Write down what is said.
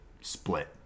split